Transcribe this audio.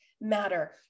matter